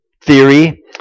theory